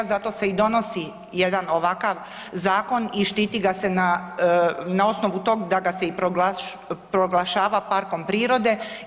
Zato se i donosi jedan ovakav zakon i štiti ga se na osnovu toga da ga se i proglašava parkom prirode.